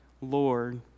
Lord